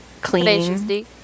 clean